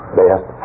best